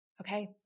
Okay